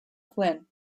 flynn